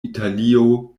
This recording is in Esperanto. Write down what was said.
italio